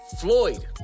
floyd